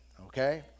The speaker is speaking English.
okay